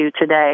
today